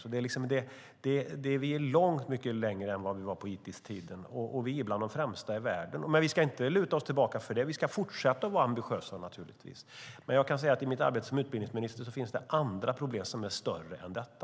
Vi har alltså kommit mycket längre än på ITIS-tiden och är bland de främsta i världen, men vi ska som sagt inte luta oss tillbaka utan fortsätta vara ambitiösa. I mitt arbete som utbildningsminister finns det dock andra problem som är större än detta.